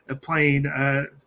playing